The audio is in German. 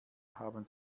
haben